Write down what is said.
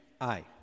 Aye